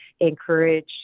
encourage